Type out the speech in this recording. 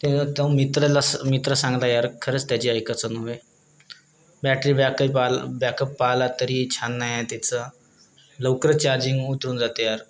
ते तो मित्रलस मित्र सांगला यार खरंच त्याची ऐकाचं नव्हे बॅटरी बॅकअप आल बॅकअप आला तरी छान नाही आहे तिचं लवकर चार्जिंग उतरून जातं आहे यार